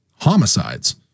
homicides—